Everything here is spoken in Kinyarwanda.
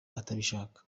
atabishaka